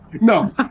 No